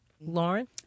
Lauren